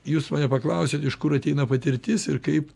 jūs mane paklausėte iš kur ateina patirtis ir kaip